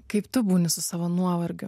kaip tu būni su savo nuovargiu